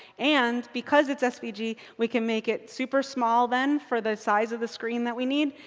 and because it's svg, yeah we can make it super small then, for the size of the screen that we need.